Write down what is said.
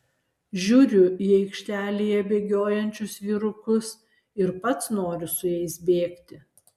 žiūriu į aikštėje bėgiojančius vyrukus ir pats noriu su jais bėgti